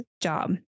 job